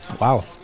Wow